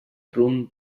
rumb